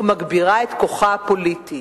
ומגבירה את כוחה הפוליטי".